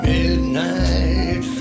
Midnight